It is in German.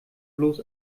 bloß